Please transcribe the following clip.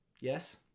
Yes